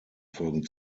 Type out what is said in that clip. folgen